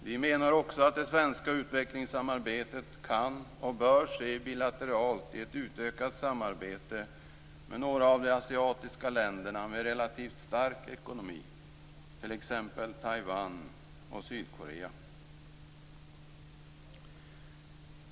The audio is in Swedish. Vi menar också att det svenska utvecklingssamarbetet kan och bör ske bilateralt i ett utökat samarbete med några av de asiatiska länderna med relativt stark ekonomi, t.ex. Taiwan och Sydkorea.